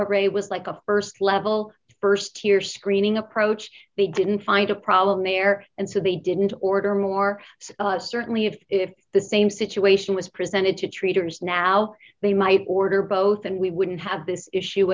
array was like a st level st tier screening approach they didn't find a problem there and so they didn't order more so certainly if if the same situation was presented to traders now they might order both and we wouldn't have this issue